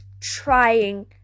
trying